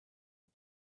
and